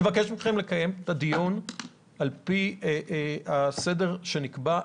אני מבקש מכם לקיים את הדיון לפי הסדר שנקבע.